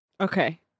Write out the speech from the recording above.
Okay